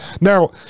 Now